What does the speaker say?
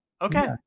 okay